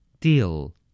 Deal